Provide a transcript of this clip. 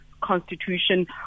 constitution